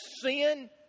sin